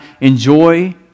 enjoy